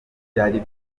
byari